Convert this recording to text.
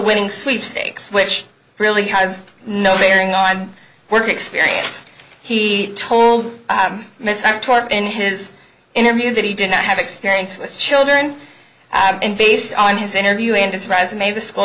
winning sweepstakes which really has no bearing on work experience he told in his interview that he did not have experience with children and based on his interview and his resume the school